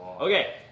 Okay